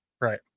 Right